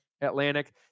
Atlantic